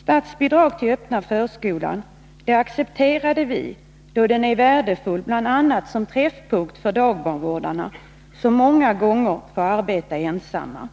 Statsbidrag till den öppna förskolan accepterade vi, då den är värdefull bl.a. som träffpunkt för dagbarnvårdarna, som många gånger får arbeta ensamma.